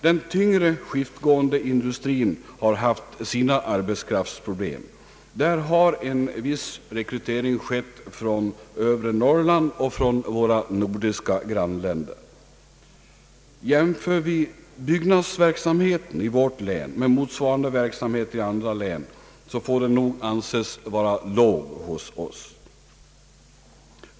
Den tyngre skiftgående industrin har haft sina arbetskraftsproblem. Där har en viss rekrytering skett från övre Norrland och från våra nordiska grannländer. Jämför vi byggnadsverksamheten i vårt län med motsvarande verksamhet i andra län får den nog anses vara låg hos oss.